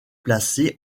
placés